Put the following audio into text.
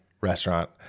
restaurant